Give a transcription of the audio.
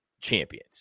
champions